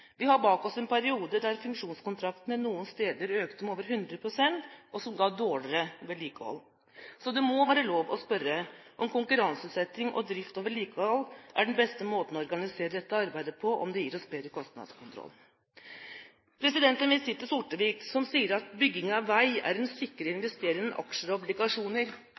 Vi har bak oss en periode der funksjonskontraktene noen steder økte med over 100 pst., og ga dårligere vedlikehold. Så det må være lov å spørre om konkurranseutsetting av drift og vedlikehold er den beste måten å organisere dette arbeidet på, og om det gir oss bedre kostnadskontroll. La meg si til Sortevik, som sier at bygging av vei er en